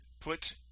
put